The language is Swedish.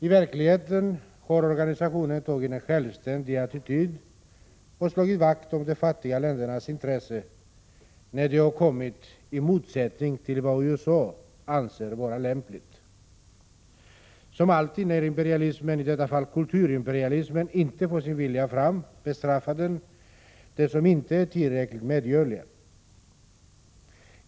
I verkligheten har organisationen intagit en självständig attityd och slagit vakt om de fattiga ländernas intressen, när de har kommit i motsättning till vad USA ansett vara lämpligt. Som alltid när imperialismen, i detta fall kulturimperialismen, inte får sin vilja fram bestraffar man dem som inte är tillräckligt medgörliga.